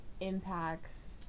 impacts